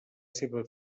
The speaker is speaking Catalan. seva